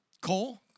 Cole